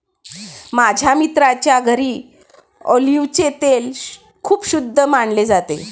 माझ्या मित्राच्या घरी ऑलिव्हचे तेल खूप शुद्ध मानले जाते